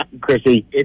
Chrissy